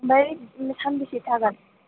ओमफ्राय सानबेसे थागोन